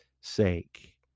sake